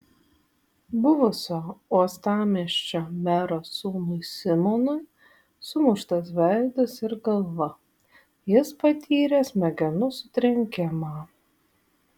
buvusio uostamiesčio mero sūnui simonui sumuštas veidas ir galva jis patyrė smegenų sutrenkimą